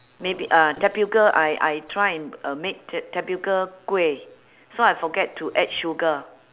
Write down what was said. maybe ah tapioca I I try and uh make ta~ tapioca kuih so I forget to add sugar